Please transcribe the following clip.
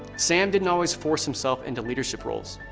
sam didn't always force himself into leadership roles,